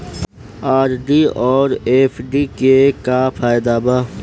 RD आउर FD के का फायदा बा?